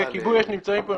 וכיבוי אש נמצאים פה,